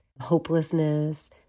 hopelessness